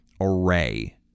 array